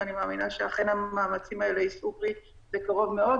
ואני מאמינה שאכן המאמצים האלה יישאו פרי בקרוב מאוד.